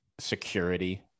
security